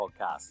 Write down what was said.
Podcast